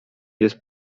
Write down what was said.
jest